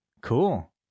Cool